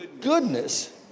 goodness